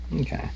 Okay